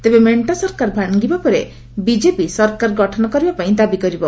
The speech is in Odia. ତେବେ ମେଣ୍ଟ ସରକାର ଭାଙ୍ଗିବା ପରେ ବିଜେପି ସରକାର ଗଠନ କରିବା ପାଇଁ ଦାବି କରିବ